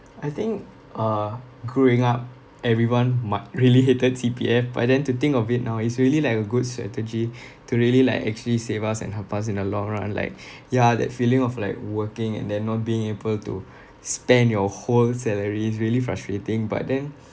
I think uh growing up everyone might really hated C_P_F but then to think of it now it's really like a good strategy to really like actually save us and help us in the long run like ya that feeling of like working and then not being able to spend your whole salary is really frustrating but then